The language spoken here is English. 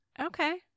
Okay